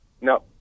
No